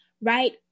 right